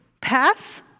pass